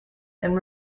and